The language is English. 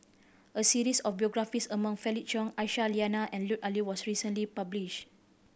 a series of biographies about Felix Cheong Aisyah Lyana and Lut Ali was recently publish